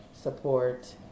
support